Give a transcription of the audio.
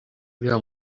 uriya